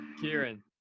Kieran